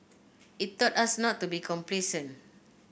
it taught us not to be complacent